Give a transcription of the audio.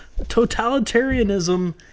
totalitarianism